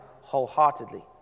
wholeheartedly